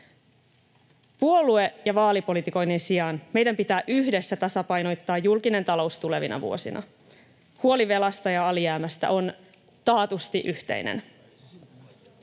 Puolue- ja vaalipolitikoinnin sijaan meidän pitää yhdessä tasapainottaa julkinen talous tulevina vuosina. Huoli velasta ja alijäämästä on taatusti yhteinen.